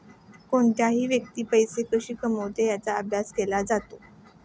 कोणतीही व्यक्ती पैसे कशी कमवते याचा अभ्यास केला जातो